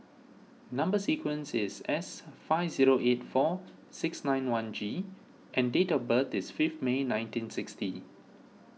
Number Sequence is S five zero eight four six nine one G and date of birth is fifth May nineteen sixty